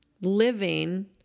living